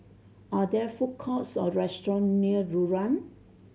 are there food courts or restaurants near Rulang